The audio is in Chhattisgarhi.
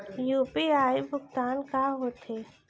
यू.पी.आई भुगतान का होथे?